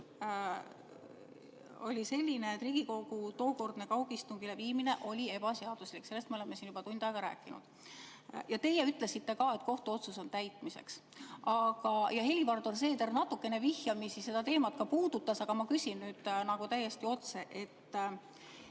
oli selline, et Riigikogu tookordne kaugistungile viimine oli ebaseaduslik, sellest me oleme siin juba tund aega rääkinud. Ja teie ütlesite, et kohtuotsus on täitmiseks. Helir-Valdor Seeder natukene vihjamisi seda teemat ka puudutas, aga ma küsin nüüd täiesti otse,